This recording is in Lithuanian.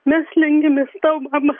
mes lenkiamės tau mama